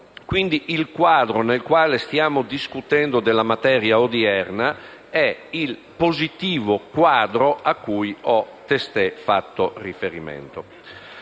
Quindi, il quadro in cui stiamo discutendo della materia odierna è quello, positivo, cui ho testé fatto riferimento.